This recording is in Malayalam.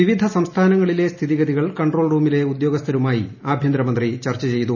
വിവിധ സംസ്ഥാനങ്ങളിലെ സ്ഥിതിഗതികൾ കൺട്രോൾ റൂമിലെ ഉദ്യോഗസ്ഥരുമായി ആഭ്യന്തരമന്ത്രി ചർച്ച ചെയ്തു